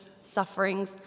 sufferings